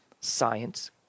science